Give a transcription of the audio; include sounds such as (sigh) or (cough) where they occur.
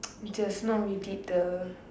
(noise) just now we did the